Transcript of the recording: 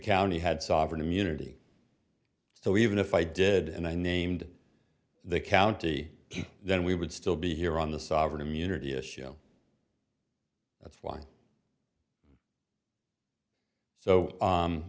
county had sovereign immunity so even if i did and i named the county then we would still be here on the sovereign immunity issue that's why so